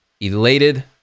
elated